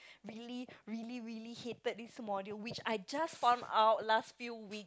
really really really hated this module which I just found out last few weeks